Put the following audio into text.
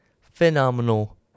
phenomenal